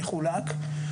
יחולק.